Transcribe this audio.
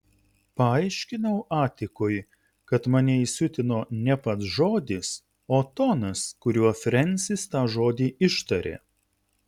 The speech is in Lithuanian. paaiškinau atikui kad mane įsiutino ne pats žodis o tonas kuriuo frensis tą žodį ištarė